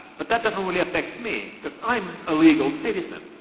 but that doesn't really affect me, because i'm a legal citizen.